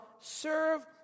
serve